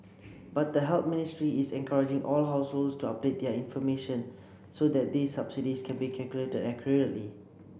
but the Health Ministry is encouraging all households to update their information so that these subsidies can be calculated accurately